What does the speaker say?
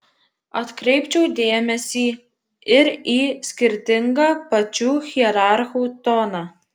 atkreipčiau dėmesį ir į skirtingą pačių hierarchų toną